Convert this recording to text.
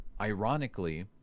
ironically